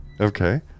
Okay